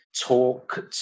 talk